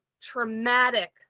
traumatic